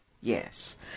Yes